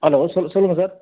hello சொல்லு சொல்லுங்கள் sir